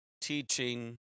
teaching